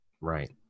Right